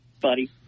buddy